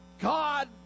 God